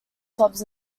clubs